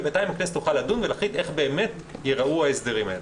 ובינתיים הכנסת תוכל לדון ולהחליט איך באמת ייראו ההסדרים האלה.